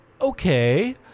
okay